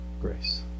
grace